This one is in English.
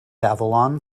avalon